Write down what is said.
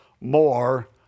more